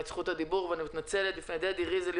זכות הדיבור ואני מתנצלת בפני דדי ריזל,